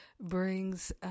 brings